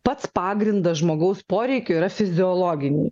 pats pagrindas žmogaus poreikių yra fiziologiniai